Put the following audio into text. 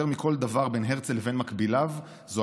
יותר מכל דבר בין הרצל לבין מקביליו היה